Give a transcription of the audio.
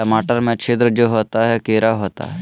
टमाटर में छिद्र जो होता है किडा होता है?